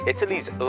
Italy's